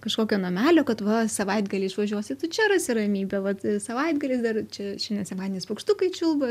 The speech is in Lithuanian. kažkokio namelio kad va savaitgalį išvažiuosi tu čia rasi ramybę vat savaitgaliais dar čia šiandien sekmadienis paukštukai čiulba